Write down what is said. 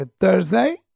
Thursday